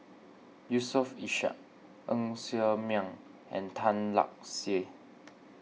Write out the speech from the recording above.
Yusof Ishak Ng Ser Miang and Tan Lark Sye